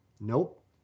Nope